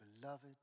beloved